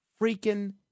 freaking